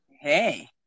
Hey